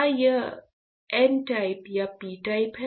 क्या यह N type या पी टाइप है